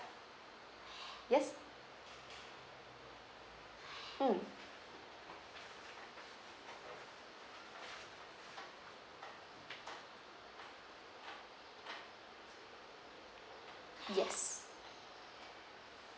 yes mm yes